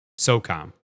SOCOM